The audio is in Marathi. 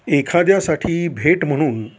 एखाद्यासाठी भेट म्हणून